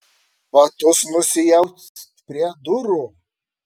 batus nusiaut prie durų